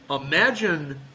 Imagine